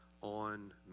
on